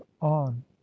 on